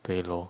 对 lor